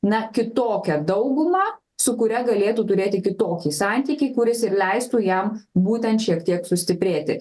na kitokią daugumą su kuria galėtų turėti kitokį santykį kuris ir leistų jam būtent šiek tiek sustiprėti